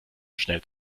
schnell